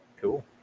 Cool